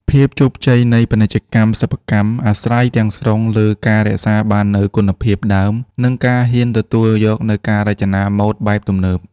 ភាពជោគជ័យនៃពាណិជ្ជកម្មសិប្បកម្ម អាស្រ័យទាំងស្រុងលើការរក្សាបាននូវគុណភាពដើម និងការហ៊ានទទួលយកនូវការរចនាម៉ូដបែបទំនើប។